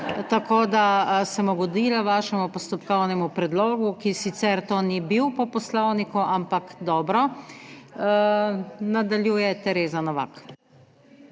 Tako, da sem ugodila vašemu postopkovnemu predlogu, ki sicer to ni bil po poslovniku, ampak dobro. Nadaljuje Tereza Novak.